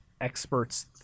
experts